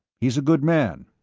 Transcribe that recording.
he's a good man.